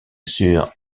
sur